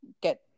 get